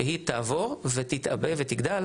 שהיא תעבור ותתעבה ותגדל,